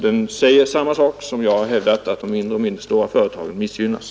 Den säger samma sak som jag hävdat, nämligen att de mindre och medelstora företagen missgynnas.